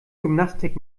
gymnastik